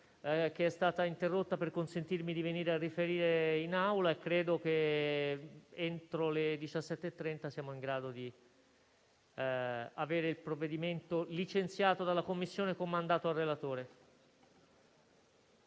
che è stata interrotta per consentirmi di venire a riferire in Aula e credo che entro le 17,30 saremo in grado di avere il provvedimento licenziato dalla Commissione con mandato al relatore.